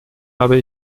habe